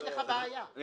יש לך בעיה.